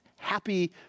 happy